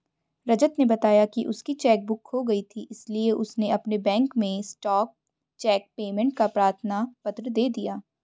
रजत ने बताया की उसकी चेक बुक खो गयी थी इसीलिए उसने अपने बैंक में स्टॉप चेक पेमेंट का प्रार्थना पत्र दे दिया